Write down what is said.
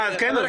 אה, כן?